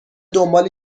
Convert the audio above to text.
دنبال